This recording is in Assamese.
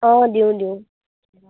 অঁ দিওঁ দিওঁ